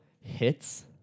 hits